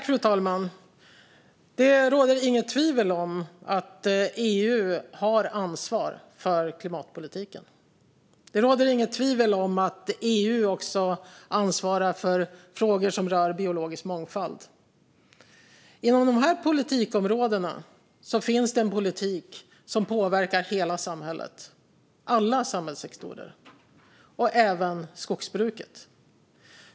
Fru talman! Det råder inget tvivel om att EU har ansvar för klimatpolitiken. Det råder inget tvivel om att EU också ansvarar för frågor som rör biologisk mångfald. Inom de här politikområdena finns det en politik som påverkar hela samhället - alla samhällssektorer, även skogsbruket.